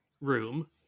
room